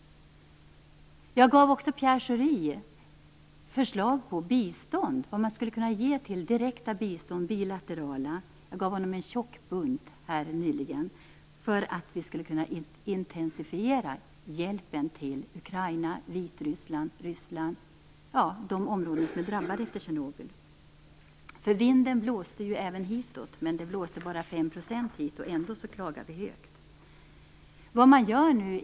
Jag gav också nyligen Pierre Schori en tjock bunt med förslag på vad man skulle kunna ge direkt i bilaterala bistånd för att vi skulle kunna intensifiera hjälpen till Ukraina, Vitryssland, Ryssland och de områden som är drabbade efter Tjernobyl. Vinden blåste ju även hitåt, men bara 5 % blåste hit, och ändå klagar vi högt.